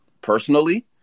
personally